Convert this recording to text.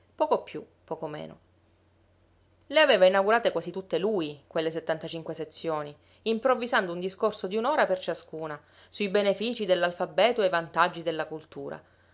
poco più poco meno le aveva inaugurate quasi tutte lui quelle settantacinque sezioni improvvisando un discorso di un'ora per ciascuna sui beneficii dell'alfabeto e i vantaggi della cultura